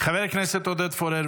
חבר הכנסת עודד פורר,